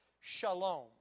shalom